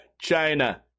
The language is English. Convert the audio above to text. China